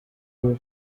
bibi